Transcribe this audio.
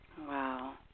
Wow